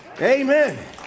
Amen